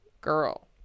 girl